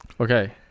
okay